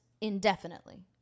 indefinitely